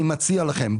אני מציע לכם,